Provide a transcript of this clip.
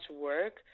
work